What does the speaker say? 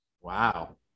Wow